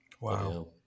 wow